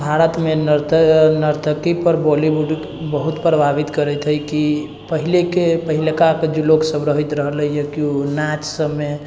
भारतमे नर्तकीपर बॉलीवुड बहुत प्रभावित करैत हइ कि पहिलेके पहिलका जे लोकसब रहैत रहलैए किओ नाच सबमे